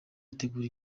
itegura